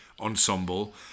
ensemble